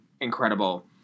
incredible